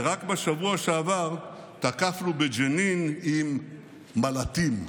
ורק בשבוע שעבר תקפנו בג'נין עם מל"טים.